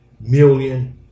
million